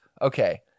Okay